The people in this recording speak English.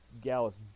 Gallus